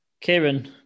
Kieran